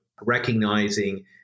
recognizing